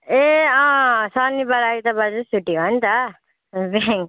ए अँ अँ शनिबार आइतबार चाहिँ छुट्टी हो नि त रिहाइ